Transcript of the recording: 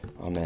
Amen